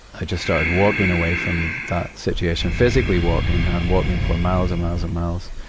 i just started walking away from that situation. physically walking, and walking for miles and miles and miles.